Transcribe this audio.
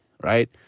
right